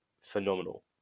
phenomenal